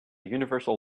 universal